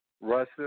Russia